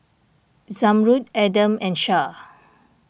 Zamrud Adam and Shah